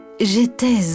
J'étais